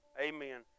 Amen